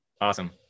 Awesome